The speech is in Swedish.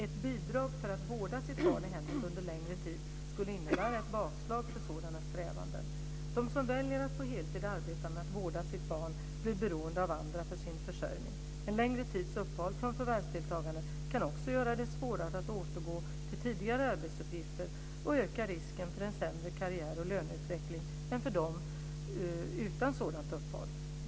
Ett bidrag för att vårda sitt barn i hemmet under längre tid skulle innebära ett bakslag för sådana strävanden. De som väljer att på heltid arbeta med att vårda sitt barn blir beroende av andra för sin försörjning. En längre tids uppehåll från förvärvsdeltagande kan också göra det svårare att återgå till tidigare arbetsuppgifter och ökar risken för en sämre karriäroch löneutveckling än för dem utan sådant uppehåll.